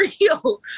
real